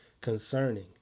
concerning